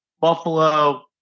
Buffalo